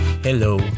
Hello